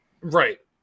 right